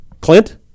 Clint